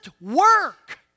work